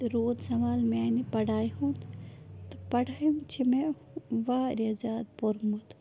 تہٕ روٗد سَوال میٛانہِ پَڑایہِ ہُند تہٕ پَڑٲہِم چھِ مےٚ واریاہ زیادٕ پوٚرمُت